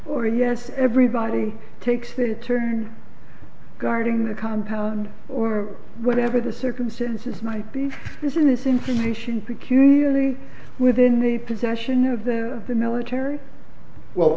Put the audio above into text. or yes everybody takes their turn guarding the compound or whatever the circumstances might be this in this information security within the possession of the the military